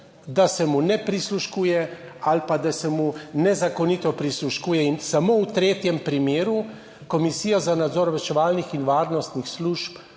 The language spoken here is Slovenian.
da se mu ne prisluškuje ali pa, da se mu nezakonito prisluškuje in samo v tretjem primeru Komisija za nadzor obveščevalnih in varnostnih služb